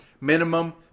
minimum